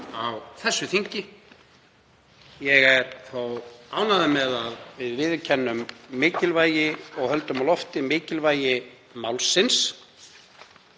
á þessu þingi. Ég er þó ánægður með að við viðurkennum og höldum á lofti mikilvægi málsins